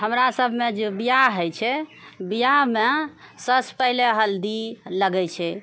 हमरा सभमे जे बिआह होइ छै बिआहमे सबसँ पहले हल्दी लगै छै